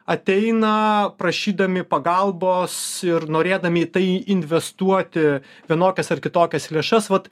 ateina prašydami pagalbos ir norėdami į tai investuoti vienokias ar kitokias lėšas vat